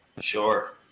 Sure